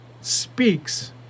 speaks